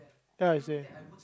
that's what I say